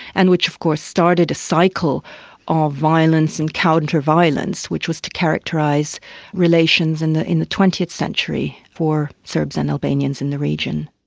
and which of course started a cycle of violence and counter-violence which was to characterise relations and in the twentieth century for serbs and albanians in the region.